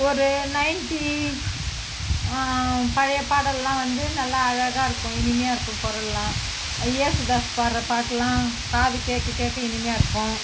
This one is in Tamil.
ஒரு நயன்ட்டி பழைய பாடலெல்லாம் வந்து நல்லா அழகாக இருக்கும் இனிமையாக இருக்கும் குரல்லாம் யேசுதாஸ் பாடுற பாட்டெல்லாம் காது கேட்க கேட்க இனிமையாக இருக்கும்